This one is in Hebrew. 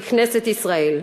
לכנסת ישראל,